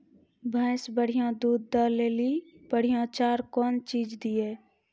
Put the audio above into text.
भैंस बढ़िया दूध दऽ ले ली बढ़िया चार कौन चीज दिए?